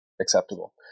acceptable